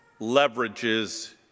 leverages